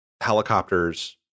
helicopters